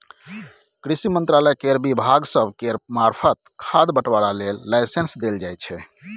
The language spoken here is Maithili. कृषि मंत्रालय केर विभाग सब केर मार्फत खाद बंटवारा लेल लाइसेंस देल जाइ छै